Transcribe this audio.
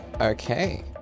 Okay